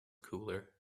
cooler